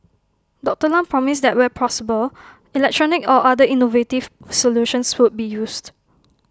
Doctor Lam promised that where possible electronic or other innovative solutions would be used